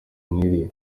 nk’iriya